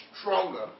stronger